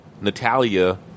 Natalia